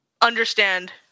understand